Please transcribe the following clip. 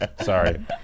sorry